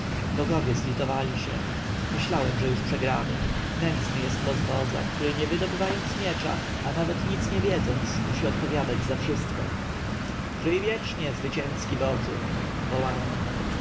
bogowie zlitowali się myślałem że już przegramy nędzny jest los wodza który nie wydobywając miecza a nawet nic nie wiedząc musi odpowiadać za wszystko żyj wiecznie zwycięski wodzu wołano